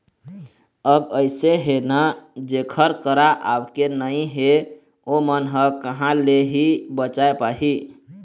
अब अइसे हे ना जेखर करा आवके नइ हे ओमन ह कहाँ ले ही बचाय पाही